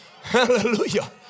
Hallelujah